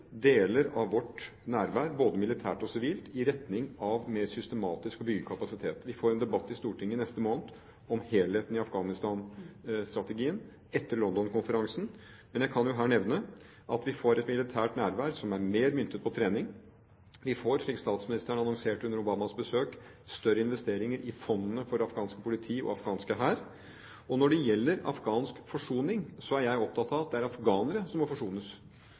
deler av vårt nærvær, både militært og sivilt, i retning av mer systematisk å bygge kapasitet. Vi får en debatt i Stortinget i neste måned, etter London-konferansen, om helheten i Afghanistan-strategien, men jeg kan jo her nevne at vi får et militært nærvær som er mer myntet på trening. Vi får, slik statsministeren annonserte under Obamas besøk, større investeringer i fondet for trening av det afghanske politi og den afghanske hær. Og når det gjelder afghansk forsoning, er jeg opptatt av at det er afghanere som må forsones.